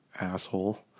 Asshole